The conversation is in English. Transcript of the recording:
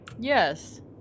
Yes